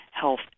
health